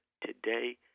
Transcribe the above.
today